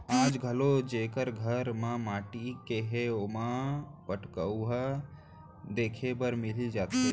आज घलौ जेकर घर ह माटी के हे ओमा पटउहां देखे बर मिल जाथे